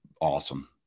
awesome